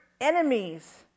enemies